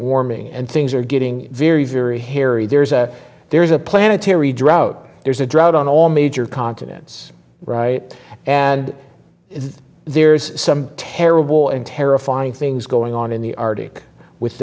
warming and things are getting very very hairy there's a there's a planetary drought there's a drought on all major continents and there's some terrible and terrifying things going on in the arctic with